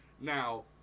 Now